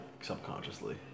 subconsciously